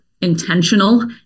intentional